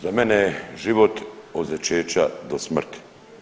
Za mene je život od začeća do smrti.